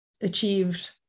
achieved